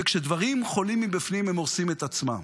וכשדברים חולים מבפנים הם הורסים את עצמם.